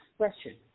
expression